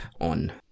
on